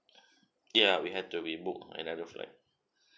ya we had to rebook another flight